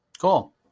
Cool